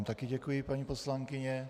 Také děkuji paní poslankyně.